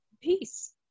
peace